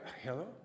hello